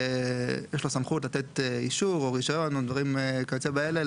שיש לו סמכות לתת אישור או רישיון או דברים כיוצא באלה,